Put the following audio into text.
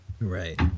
right